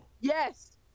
Yes